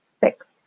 six